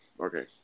Okay